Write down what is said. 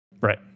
Right